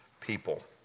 people